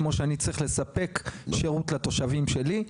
כמו שאני צריך לספק שירות לתושבים שלי,